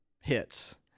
hits